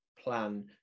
plan